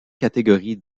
catégories